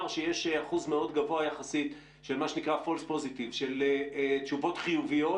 שיש אחוז מאוד גבוה יחסית של מה שנקרא של תשובות חיוביות,